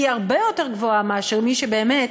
היא הרבה יותר גבוהה מאשר מי שבאמת